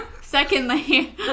Secondly